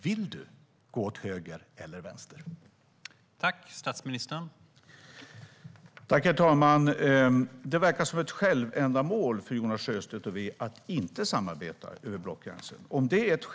Vill du gå åt höger eller åt vänster, Stefan Löfven?